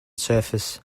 surface